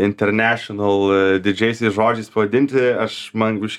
internešinel didžiaisiais žodžiais pavadinti aš man